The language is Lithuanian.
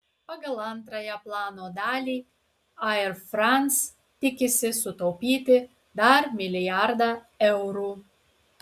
pagal antrąją plano dalį air france tikisi sutaupyti dar milijardą eurų